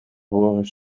voren